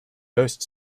ghost